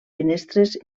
finestres